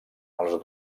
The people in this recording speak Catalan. els